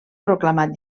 proclamat